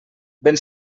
ben